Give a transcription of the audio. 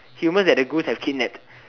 humans that the ghouls have kidnapped